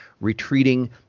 retreating